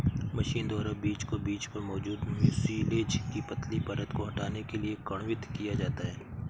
machine द्वारा बीज को बीज पर मौजूद म्यूसिलेज की पतली परत को हटाने के लिए किण्वित किया जाता है